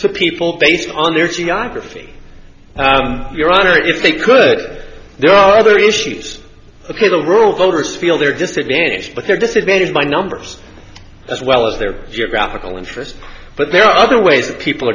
to people based on their geography your honor if they could there are other issues ok the rural voters feel they're disadvantaged but they're disadvantaged by numbers as well as their geographical interests but there are other ways that people